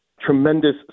tremendous